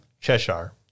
Cheshire